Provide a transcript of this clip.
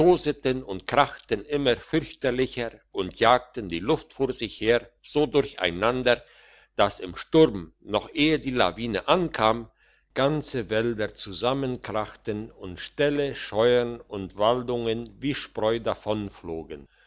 und krachten immer fürchterlicher und jagten die luft vor sich her so durcheinander dass im sturm noch ehe die lawine ankam ganze wälder zusammenkrachten und ställe scheuern und waldungen wie spreu